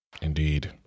Indeed